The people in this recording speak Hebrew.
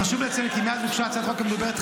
חשוב לציין כי מאז הוגשה הצעת החוק המדוברת,